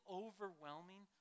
overwhelming